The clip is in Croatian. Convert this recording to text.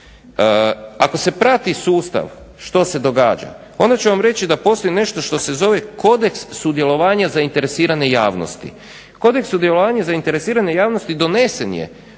ako se prati sustav što se događa onda ću vam reći da postoji nešto što se zove kodeks sudjelovanja zainteresirane javnosti. Kodeks sudjelovanja zainteresirane javnosti donesen je